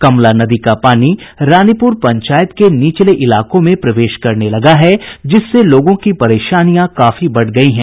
कमला नदी का पानी रानीपुर पंचायत के निचले इलाके में प्रवेश करने लगा है जिससे लोगों की परेशानियां काफी बढ़ गयी है